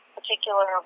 particular